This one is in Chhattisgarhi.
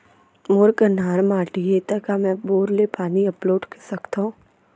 मोर कन्हार माटी हे, त का मैं बोर ले पानी अपलोड सकथव?